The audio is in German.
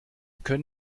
können